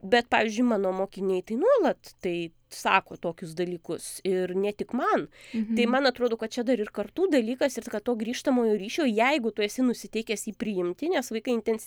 bet pavyzdžiui mano mokiniai tai nuolat tai sako tokius dalykus ir ne tik man tai man atrodo kad čia dar ir kartų dalykas ir kad to grįžtamojo ryšio jeigu tu esi nusiteikęs jį priimti nes vaikai intens